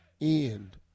end